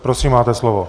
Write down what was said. Prosím, máte slovo.